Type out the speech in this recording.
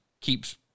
keeps